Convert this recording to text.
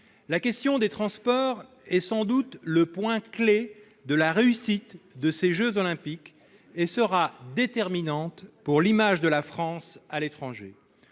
La question des transports est sans doute le point clé de la réussite de ces jeux et sera déterminante pour l'image de la France à l'étranger.